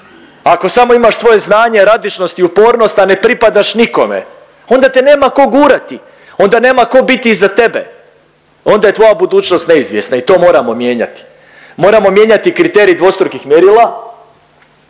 ako samo imaš svoje znanje, radišnost i upornost, a ne pripadaš nikome onda te nema ko gurati, onda nema ko biti iza tebe, onda je tvoja budućnost neizvjesna i to moramo mijenjati, moramo mijenjati kriterij dvostrukih mjerila,